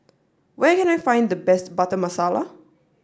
where can I find the best butter masala